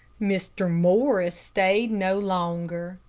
mr. morris stayed no longer.